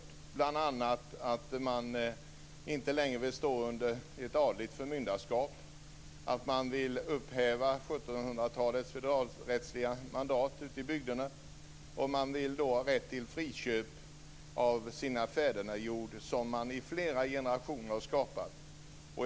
Det handlar bl.a. om att man inte längre vill stå under ett adligt förmyndarskap, att man vill upphäva 1700 talets feodalrättsliga mandat ute i bygderna och att man vill ha rätt till friköp av sin fädernejord som man brukat under flera generationer.